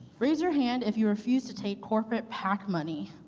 raise your hand if you refuse to take corporate pac money.